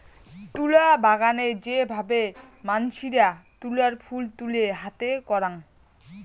তুলা বাগানে যে ভাবে মানসিরা তুলার ফুল তুলে হাতে করাং